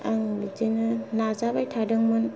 आं बिदिनो नाजाबाय थादोंमोन